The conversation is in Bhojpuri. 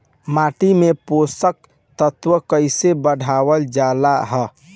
माटी में पोषक तत्व कईसे बढ़ावल जाला ह?